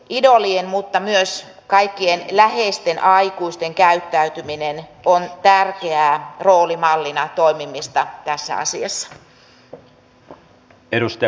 idolien mutta myös kaikkien läheisten aikuisten käyttäytyminen on tärkeää roolimallina toimimista tässä asiassa